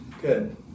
Good